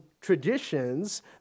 traditions